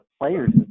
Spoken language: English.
players